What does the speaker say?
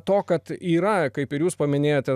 to kad yra kaip ir jūs paminėjote